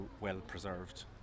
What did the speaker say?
well-preserved